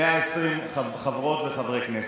120 חברות וחברי כנסת.